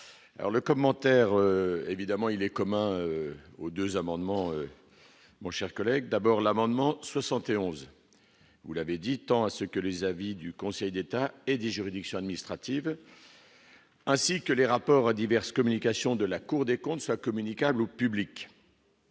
alors le commentaire évidemment il est commun aux 2 amendements, mon cher collègue, d'abord, l'amendement 71, vous l'avez dit tant à ce que les avis du Conseil d'État et des juridictions administratives. Ainsi que les rapports à diverses communications de la Cour des comptes, ça communicables au public.